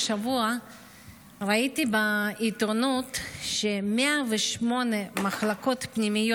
השבוע ראיתי בעיתונות ש-108 מחלקות פנימיות